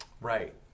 Right